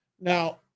Now